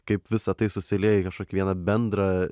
kaip visa tai susilieja į kažkokį vieną bendrą